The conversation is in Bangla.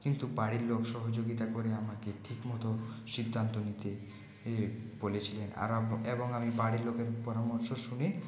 কিন্তু বাড়ির লোক সহযোগিতা করে আমাকে ঠিকমতো সিদ্ধান্ত নিতে বলেছিলেন আর আমি এবং আমি বাড়ির লোকের পরামর্শ শুনে